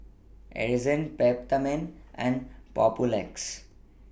Ezerra Peptamen and Papulex